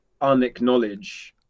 unacknowledge